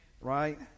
right